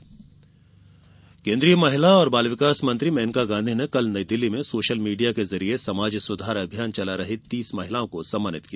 महिला सम्मान महिला और बाल विकास मंत्री मेनका गांधी ने कल नईदिल्ली में सोशल मीडिया के जरिए समाज सुधार अभियान चला रही तीस महिलाओं को सम्मानित किया